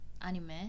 anime